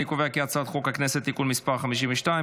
אני קובע כי הצעת חוק הכנסת (תיקון מס' 52),